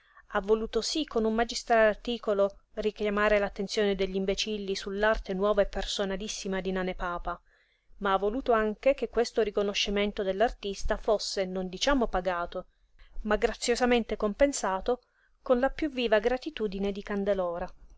ha voluto sí con un magistrale articolo richiamare l'attenzione degli imbecilli sull'arte nuova e personalissima di nane papa ma ha voluto anche che questo riconoscimento dell'artista fosse non diciamo pagato ma graziosamente compensato con la piú viva gratitudine di candelora e